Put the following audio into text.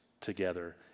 together